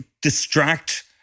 Distract